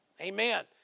amen